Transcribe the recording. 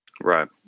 Right